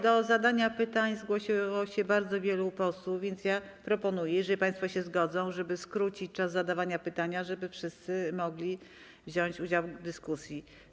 Do zadania pytań zgłosiło się bardzo wielu posłów, więc proponuję, jeżeli państwo się zgodzą, żeby skrócić czas zadawania pytań, tak by wszyscy mogli wziąć udział w dyskusji.